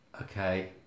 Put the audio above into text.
Okay